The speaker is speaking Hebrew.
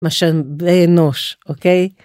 משנה אנוש אוקיי.